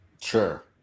Sure